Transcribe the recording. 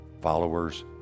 followers